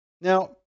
Now